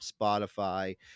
Spotify